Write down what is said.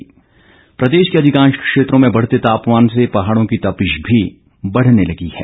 मौसम प्रदेश के अधिकांश क्षेत्रों में बढ़ते तापमान से पहाड़ों की तपिश भी बढ़ने लगी है